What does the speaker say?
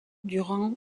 durant